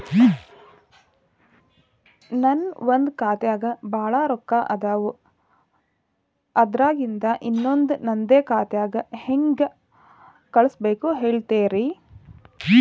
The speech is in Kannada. ನನ್ ಒಂದ್ ಖಾತ್ಯಾಗ್ ಭಾಳ್ ರೊಕ್ಕ ಅದಾವ, ಅದ್ರಾಗಿಂದ ಇನ್ನೊಂದ್ ನಂದೇ ಖಾತೆಗೆ ಹೆಂಗ್ ಕಳ್ಸ್ ಬೇಕು ಹೇಳ್ತೇರಿ?